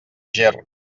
ger